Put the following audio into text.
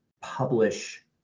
publish